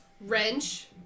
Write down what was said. Wrench